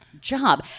job